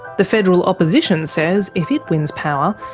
the federal opposition says if it wins power,